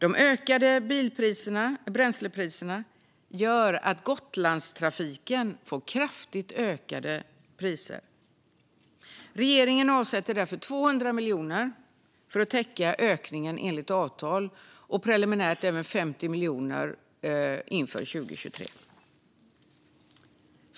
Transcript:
De ökade bränslepriserna gör att Gotlandstrafiken får kraftigt ökade kostnader. Regeringen avsätter därför 200 miljoner för att täcka ökningen enligt avtal och preliminärt även 50 miljoner inför 2023.